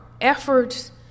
efforts